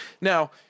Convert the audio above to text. Now